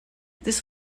this